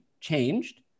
changed